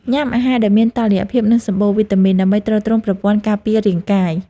ញ៉ាំអាហារដែលមានតុល្យភាព និងសម្បូរវីតាមីន ដើម្បីទ្រទ្រង់ប្រព័ន្ធការពាររាងកាយ។